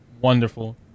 wonderful